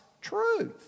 truth